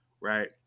right